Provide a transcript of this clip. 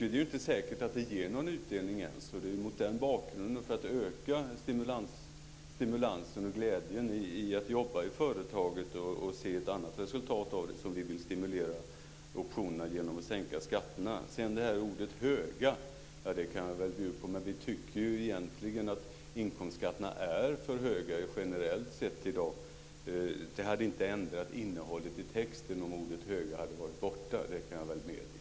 Det är inte säkert att det ger någon utdelning ens. Det är mot den bakgrunden, för att öka stimulansen och glädjen i att jobba i företaget och se ett annat resultat, som vi vill stimulera optionerna genom att sänka skatterna. Resonemanget om ordet "hög" kan vi bjuda på. Men vi tycker egentligen att inkomstskatterna är för höga generellt sett i dag. Det hade inte ändrat innehållet i texten om ordet "hög" hade varit borta, det kan jag väl medge.